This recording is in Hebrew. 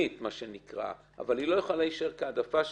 מומחה משלה.